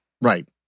Right